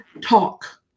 talk